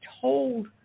told